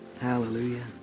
Hallelujah